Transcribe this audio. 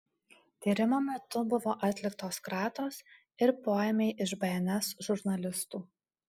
tyrimo metu buvo atliktos kratos ir poėmiai iš bns žurnalistų